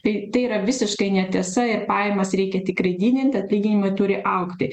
tai tai yra visiškai netiesa ir pajamas reikia tikrai didint atlyginimai turi augti